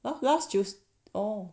the last tues~ oh